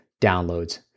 downloads